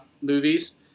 movies